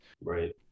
Right